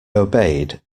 obeyed